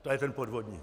To je ten podvodník!